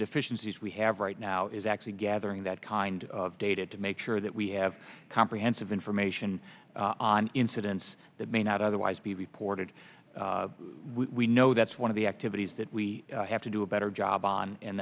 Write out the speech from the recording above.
deficiencies we have right now is actually gathering that kind of data to make sure that we have comprehensive information on incidents that may not otherwise be reported we know that's one of the activities that we have to do a better job on and